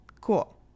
Cool